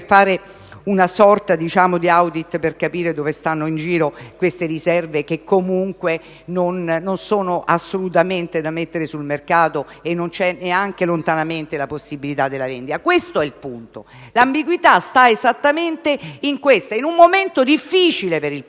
una sorta di *audit* per capire dove stanno le riserve, non avete messo per iscritto che comunque non sono assolutamente da mettere sul mercato e non c'è neanche lontanamente la possibilità della vendita? Questo è il punto. L'ambiguità sta esattamente in questo. In un momento difficile per il Paese